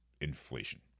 inflation